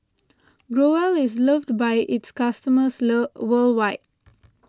Growell is loved by its customers worldwide